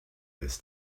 this